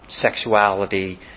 sexuality